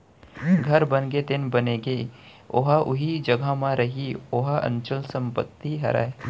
घर बनगे तेन बनगे ओहा उही जघा म रइही ओहा अंचल संपत्ति हरय